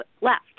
left